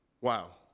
Wow